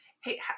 hey